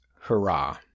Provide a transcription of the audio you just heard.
hurrah